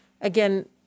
again